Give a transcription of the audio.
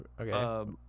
Okay